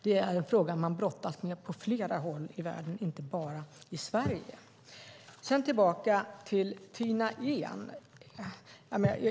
Det är en fråga man brottas med på flera håll i världen, inte bara i Sverige. Så till Tina Ehn.